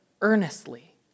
earnestly